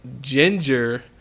ginger